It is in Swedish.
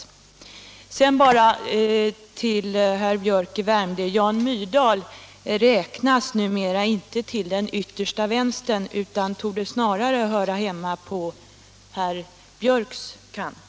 Sedan vill jag bara säga till herr Biörck i Värmdö att Jan Myrdal numera inte räknas till den yttersta vänstern utan snarare torde höra hemma på herr Biörcks kant.